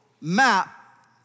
map